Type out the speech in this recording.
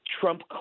trump